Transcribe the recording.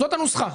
זאת הנוסחה.